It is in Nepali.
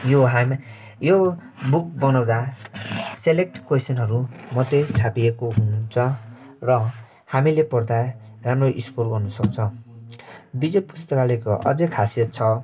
यो हामी यो बुक बनाउँदा सेलेक्ट क्वेसनहरू मात्रै छापिएको हुन्छ र हामीले पढ्दा राम्रो स्कोर गर्नु सक्छ विजय पुस्तकालयको अझै खासियत छ